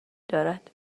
دارد